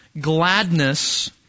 gladness